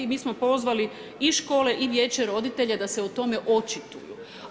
I mi smo pozvali i škole i vijeće roditelja da se o tome očituju.